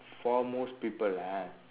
for most people lah